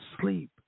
sleep